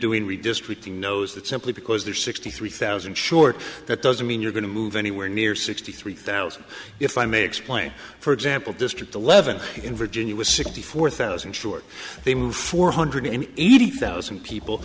doing redistricting knows that simply because there are sixty three thousand short that doesn't mean you're going to move anywhere near sixty three thousand if i may explain for example district eleven in virginia was sixty four thousand short they moved four hundred and eighty thousand people